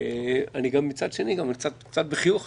אני יודע שאין לך הכשרה משפטית,